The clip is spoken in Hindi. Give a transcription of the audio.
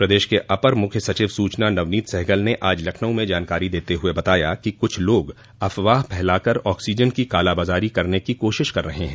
प्रदेश के अपर मुख्य सचिव सूचना नवनीत सहगल ने आज लखनऊ में जानकारी देते हुए बताया कि कुछ लोग अफवाह फैलाकर ऑक्सीजन को कालाबाजारी करने की कोशिश कर रहे हैं